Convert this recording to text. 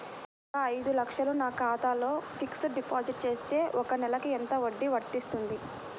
ఒక ఐదు లక్షలు నా ఖాతాలో ఫ్లెక్సీ డిపాజిట్ చేస్తే ఒక నెలకి ఎంత వడ్డీ వర్తిస్తుంది?